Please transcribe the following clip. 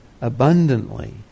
abundantly